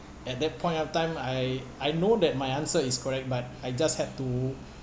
at that point of time I I know that my answer is correct but I just have to